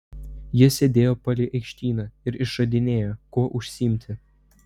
jie sėdėjo palei aikštyną ir išradinėjo kuo užsiimti